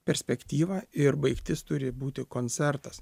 perspektyva ir baigtis turi būti koncertas